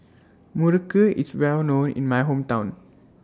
Muruku IS Well known in My Hometown